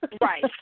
right